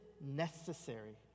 necessary